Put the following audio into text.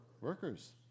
Workers